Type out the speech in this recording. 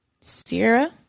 Sierra